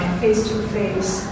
face-to-face